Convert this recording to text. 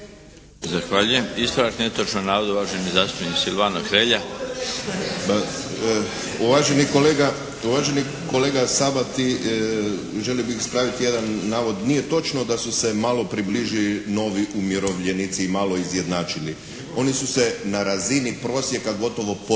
Zahvaljujem. Ispravak netočnog navoda uvaženi zastupnik Silvano Hrelja. **Hrelja, Silvano (HSU)** Uvaženi kolega Sabati želio bih ispraviti jedan navod. Nije točno da su se malo približili novi umirovljenici i malo izjednačili. Oni su se na razini prosjeka gotovo potpuno